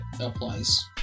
applies